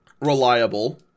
reliable